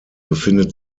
befindet